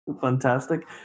fantastic